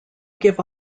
give